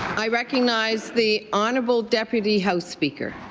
i recognize the honourable deputy house speaker.